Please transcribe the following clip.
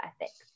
ethics